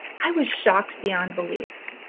i was shocked beyond belief,